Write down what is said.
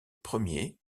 premier